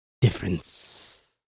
Difference